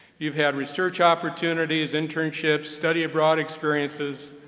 you've had research opportunities, internships, study abroad experiences,